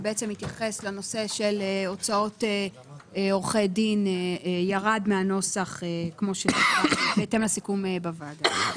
שהתייחס לנושא של הוצאות עורכי דין ירד מהנוסח בהתאם לסיכום בוועדה.